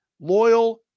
loyal